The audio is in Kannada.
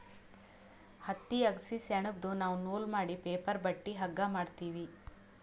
ಹತ್ತಿ ಅಗಸಿ ಸೆಣಬ್ದು ನಾವ್ ನೂಲ್ ಮಾಡಿ ಪೇಪರ್ ಬಟ್ಟಿ ಹಗ್ಗಾ ಮಾಡ್ತೀವಿ